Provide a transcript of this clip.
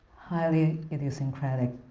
highly idiosyncratic,